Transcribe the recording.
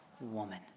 woman